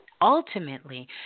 ultimately